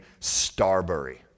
Starbury